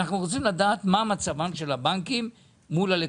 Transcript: של הבנקים מול הלקוחות,